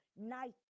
night